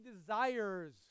desires